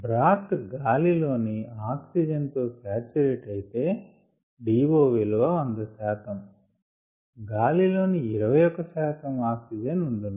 బ్రాత్ గాలి లోని ఆక్సిజన్ తో సాచురేట్ అయితే DO విలువ 100 శాతం గాలిలో 21 శాతం ఆక్సిజన్ ఉండును